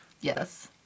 Yes